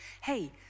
hey